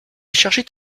cherchait